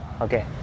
Okay